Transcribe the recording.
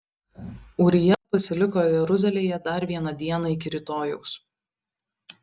ūrija pasiliko jeruzalėje dar vieną dieną iki rytojaus